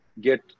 get